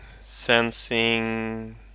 sensing